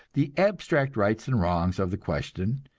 the abstract rights and wrongs of the question,